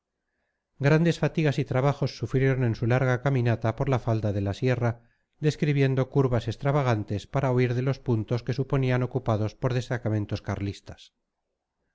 grandes fatigas y trabajos sufrieron en su larga caminata por la falda de la sierra describiendo curvas extravagantes para huir de los puntos que suponían ocupados por destacamentos carlistas